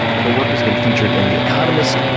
her work has been featured in the economist,